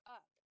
up